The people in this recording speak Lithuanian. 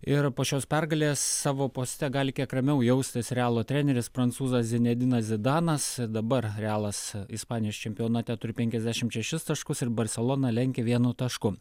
ir po šios pergalės savo poste gali kiek ramiau jaustis realo treneris prancūzas zinedinas zidanas dabar realas ispanijos čempionate turi penkiasdešim šešis taškus ir barseloną lenkia vienu tašku